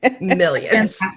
millions